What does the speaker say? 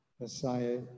Messiah